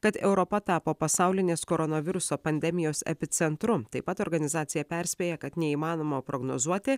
kad europa tapo pasaulinės koronaviruso pandemijos epicentru taip pat organizacija perspėja kad neįmanoma prognozuoti